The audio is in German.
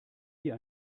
hier